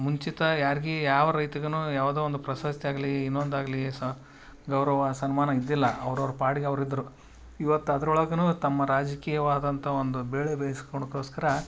ಮುಂಚಿತ ಯಾರಿಗೇ ಯಾವ ರೈತಗನು ಯಾವುದೋ ಒಂದು ಪ್ರಶಸ್ತಿ ಆಗಲಿ ಇನ್ನೊಂದು ಆಗಲಿ ಸಹ ಗೌರವ ಸನ್ಮಾನ ಇದ್ದಿಲ್ಲ ಅವ್ರ ಅವ್ರ ಪಾಡಿಗೆ ಅವ್ರಿದ್ದರು ಇವತ್ತು ಅದ್ರೊಳಗನು ತಮ್ಮ ರಾಜಕೀಯವಾದಂಥ ಒಂದು ಬೇಳೆ ಬೇಯ್ಸ್ಕಳೋಕೋಸ್ಕರ